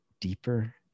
deeper